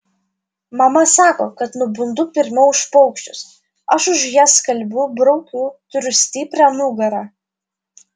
mama sako kad nubundu pirmiau už paukščius aš už ją skalbiu braukiu turiu stiprią nugarą